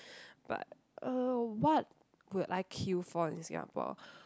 but uh what would I queue for in Singapore